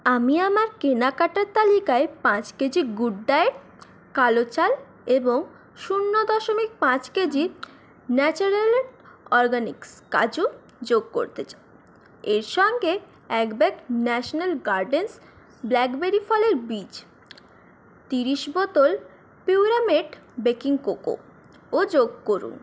আমি আমার কেনাকাটার তালিকায় পাঁচ কেজি গুড ডায়েট কালো চাল এবং শূন্য দশমিক পাঁচ কেজি ন্যাচারাল অরগানিক্স কাজু যোগ করতে চাই এর সঙ্গে এক ব্যাগ ন্যাশানাল গার্ডেনস ব্ল্যাকবেরি ফলের বীজ তিরিশ বোতল পিউরামেট বেকিং কোকোও যোগ করুন